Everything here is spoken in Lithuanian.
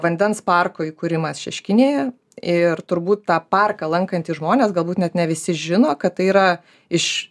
vandens parko įkūrimas šeškinėje ir turbūt tą parką lankantys žmonės galbūt net ne visi žino kad tai yra iš